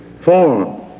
form